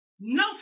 no